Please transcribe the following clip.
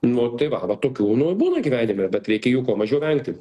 nu tai va va tokių nu būna gyvenime bet reikia jų kuo mažiau vengti